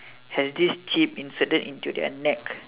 has this chip inserted into their neck